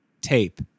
tape